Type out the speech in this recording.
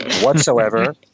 whatsoever